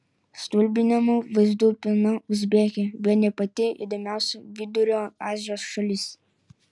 stulbinamų vaizdų pilna uzbekija bene pati įdomiausia vidurio azijos šalis